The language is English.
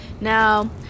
Now